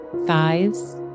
thighs